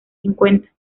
cincuenta